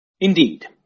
Indeed